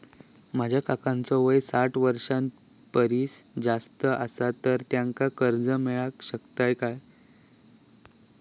माझ्या काकांचो वय साठ वर्षां परिस जास्त आसा तर त्यांका कर्जा मेळाक शकतय काय?